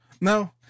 No